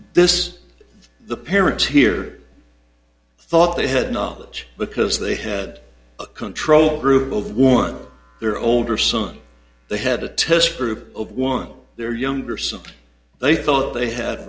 this the parents here thought they had knowledge because they had a control group of one their older son they had a test group of one their younger son they thought they had